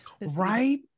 right